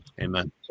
Amen